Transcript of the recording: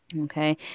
Okay